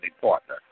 partner